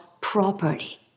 properly